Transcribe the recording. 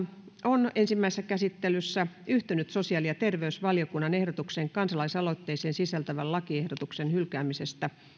on ensimmäisessä käsittelyssä yhtynyt sosiaali ja terveysvaliokunnan ehdotukseen kansalaisaloitteeseen sisältyvän lakiehdotuksen hylkäämisestä nyt